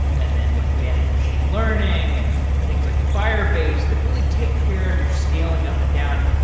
and then, like manage machine learning and things like firebase that really take care of your scaling up and down.